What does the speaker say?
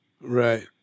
Right